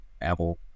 apple